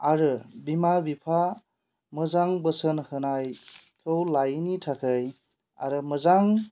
आरो बिमा बिफा मोजां बोसोन होनायखौ लायैनि थाखाय आरो मोजां